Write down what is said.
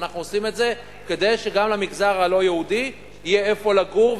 ואנחנו עושים את זה כדי שגם למגזר הלא-יהודי יהיה איפה לגור,